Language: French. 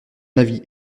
avis